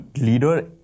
leader